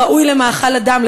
ראוי למאכל אדם,